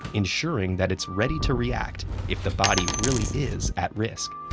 ensuring that it's ready to react if the body really is at risk.